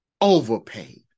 overpaid